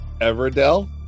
Everdell